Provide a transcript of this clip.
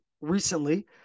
recently